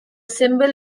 symbol